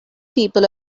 people